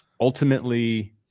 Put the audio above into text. ultimately